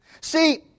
See